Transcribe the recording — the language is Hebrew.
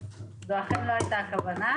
זו אכן לא הייתה כוונה.